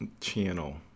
channel